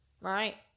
right